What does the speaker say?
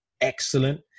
excellent